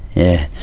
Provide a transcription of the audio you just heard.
yeah,